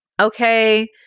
okay